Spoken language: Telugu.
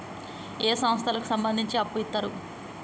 ఏ సంస్థలకు సంబంధించి అప్పు ఇత్తరు?